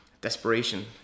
desperation